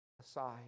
aside